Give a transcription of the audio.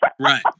Right